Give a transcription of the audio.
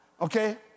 okay